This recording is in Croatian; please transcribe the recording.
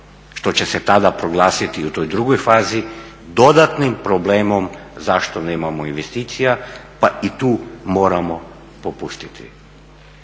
što će se tada proglasiti u toj drugoj fazi dodatnim problemom zašto nemamo investicija pa i tu moramo popustiti.